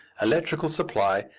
electrical supply,